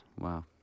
Wow